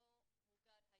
בוקר טוב.